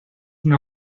una